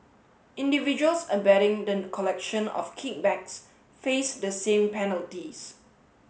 individuals abetting the collection of kickbacks face the same penalties